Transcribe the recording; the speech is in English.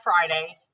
Friday